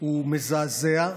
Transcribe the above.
הוא מזעזע.